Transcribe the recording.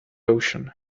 ocean